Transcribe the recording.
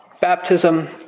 Baptism